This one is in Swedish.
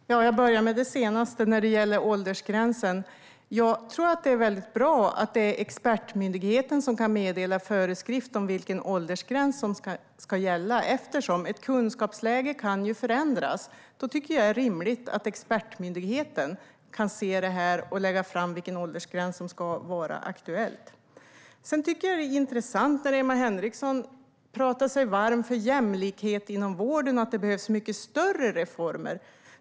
Herr talman! Jag börjar med det senaste, som gäller åldersgränsen. Jag tror att det är bra att det är expertmyndigheten som kan meddela föreskrift om vilken åldersgräns som ska gälla. Ett kunskapsläge kan ju förändras, och då tycker jag att det är rimligt att expertmyndigheten kan se över detta och lägga fram förslag på vilken åldersgräns som ska vara aktuell. Det är intressant när Emma Henriksson talar sig varm för jämlikhet inom vården och säger att det behövs mycket större reformer.